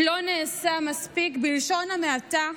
לא נעשה מספיק, בלשון המעטה,